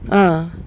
uh